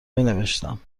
نوشتم